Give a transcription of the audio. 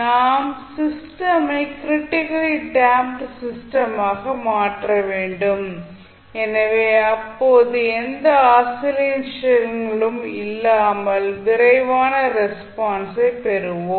நாம் ஸிஸ்டெமை critically damped சிஸ்டமாக மாற்ற வேண்டும் எனவே அப்போது எந்த ஆசிலேஷன்களும் oscillation இல்லாமல் விரைவான ரெஸ்பான்ஸை பெறுவோம்